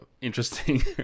interesting